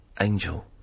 Angel